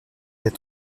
des